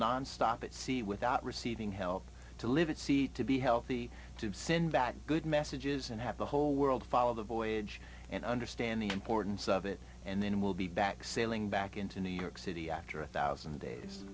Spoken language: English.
nonstop at sea without receiving help to live at sea to be healthy to send back good messages and have the whole world follow the voyage and understand the importance of it and then we'll be back sailing back into new york city after a one thousand days